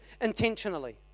intentionally